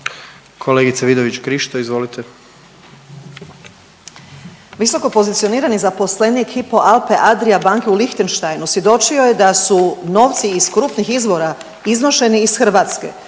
Kolegice Vidović Krišto izvolite